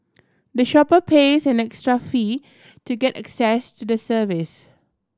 the shopper pays an extra fee to get access to the service